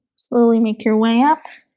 slowly make your way up